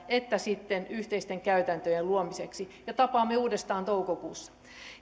että sitten yhteisten käytäntöjen luomiseksi ja tapaamme uudestaan toukokuussa